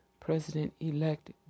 President-elect